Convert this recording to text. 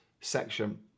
section